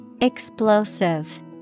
Explosive